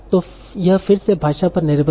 तो यह फिर से भाषा पर निर्भर है